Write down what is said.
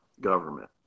government